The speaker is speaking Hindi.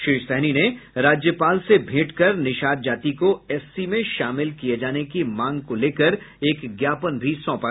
श्री सहनी ने राज्यपाल से भेट कर निषाद जाति को एससी में शामिल किये जाने की मांग को लेकर एक ज्ञापन भी सौंपा